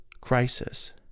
crisis